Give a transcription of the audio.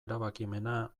erabakimena